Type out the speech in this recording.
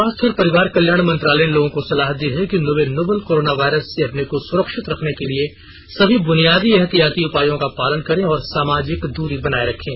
स्वास्थ्य और परिवार कल्याण मंत्रालय ने लोगों को सलाह दी है कि वे नोवल कोरोना वायरस से अपने को सुरक्षित रखने के लिए सभी बुनियादी एहतियाती उपायों का पालन करें और सामाजिक दूरी बनाए रखें